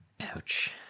Ouch